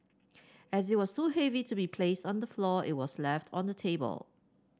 as it was too heavy to be placed on the floor it was left on the table